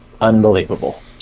unbelievable